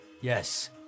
yes